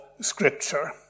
Scripture